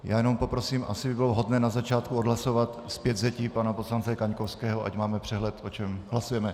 Já jenom poprosím, asi by bylo vhodné na začátku odhlasovat zpětvzetí pana poslance Kaňkovského, ať máme přehled, o čem hlasujeme.